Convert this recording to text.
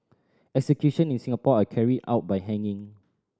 execution in Singapore are carried out by hanging